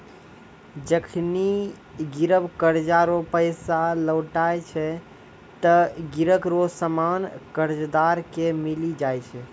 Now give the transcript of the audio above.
जखनि गिरब कर्जा रो पैसा लौटाय छै ते गिरब रो सामान कर्जदार के मिली जाय छै